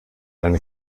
eine